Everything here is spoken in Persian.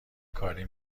کاری